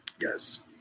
yes